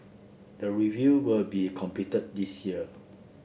the review will be completed this year